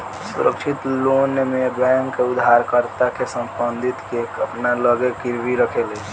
सुरक्षित लोन में बैंक उधारकर्ता के संपत्ति के अपना लगे गिरवी रखेले